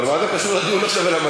אבל מה זה קשור עכשיו הדיון על המנדטים?